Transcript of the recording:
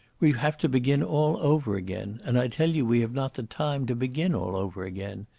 we have to begin all over again, and i tell you we have not the time to begin all over again.